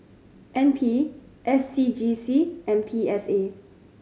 N P S C G C and P S A